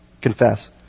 confess